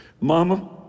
Mama